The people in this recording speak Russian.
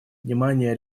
внимание